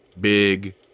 big